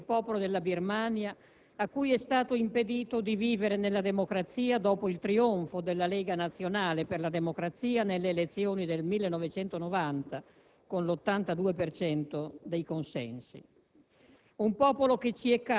e quella del suo popolo, il popolo della Birmania, a cui è stato impedito di vivere nella democrazia dopo il trionfo della Lega nazionale per la democrazia nelle elezioni del 1990 con l'82 per cento